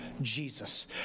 Jesus